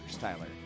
tyler